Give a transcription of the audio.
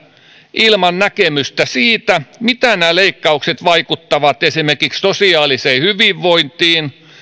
ilman näkemystä siitä miten nämä leikkaukset vaikuttavat esimerkiksi sosiaaliseen hyvinvointiin